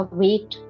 weight